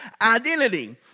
identity